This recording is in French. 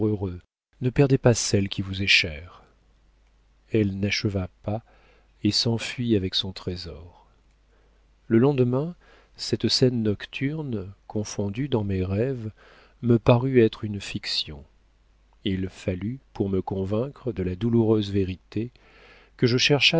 ne perdez pas celle qui vous est chère elle n'acheva pas et s'enfuit avec son trésor le lendemain cette scène nocturne confondue dans mes rêves me parut être une fiction il fallut pour me convaincre de la douloureuse vérité que je cherchasse